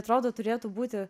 atrodo turėtų būti